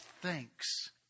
thanks